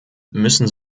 müssen